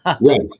Right